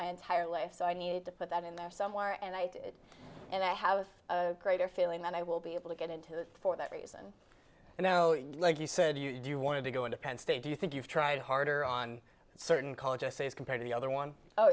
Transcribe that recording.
my entire life so i need to put that in there somewhere and i did and i have a greater feeling that i will be able to get into that for that reason you know like you said you do you want to go into penn state do you think you've tried harder on certain college essays compared to the other one oh